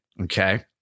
okay